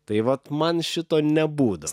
tai vat man šito nebūdavo